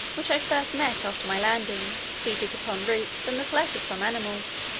which i first met after my landing, feeding upon roots, and the flesh of some animals,